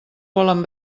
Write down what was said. volen